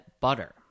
butter